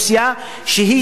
כאשר חבר הכנסת,